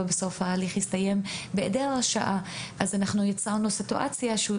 ובסוף התהליך הסתיים בהיעדר הרשעה אנחנו יצרנו סיטואציה שבה,